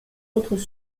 autres